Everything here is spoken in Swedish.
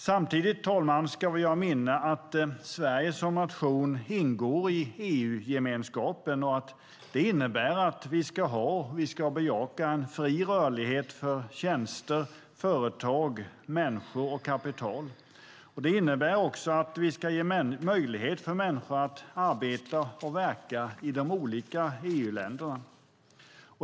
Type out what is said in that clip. Samtidigt, herr talman, ska vi ha i minne att Sverige som nation ingår i EU-gemenskapen och att det innebär att vi ska ha och bejaka en fri rörlighet för tjänster, företag, människor och kapital. Det innebär också att vi ska ge möjlighet för människor att arbeta och verka i de olika EU-länderna.